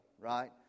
right